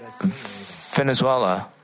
Venezuela